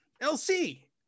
LC